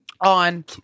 on